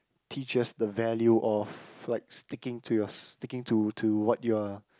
teach us the value of like sticking to your sticking to to what you are